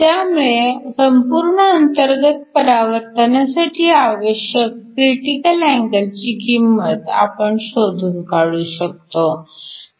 त्यामुळे संपूर्ण अंतर्गत परावर्तनासाठी आवश्यक क्रिटिकल अँगलची किंमत आपण शोधून काढू शकतो